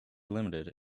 limited